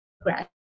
progress